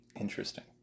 Interesting